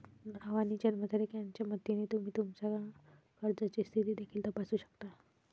नाव आणि जन्मतारीख यांच्या मदतीने तुम्ही तुमच्या कर्जाची स्थिती देखील तपासू शकता